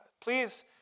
Please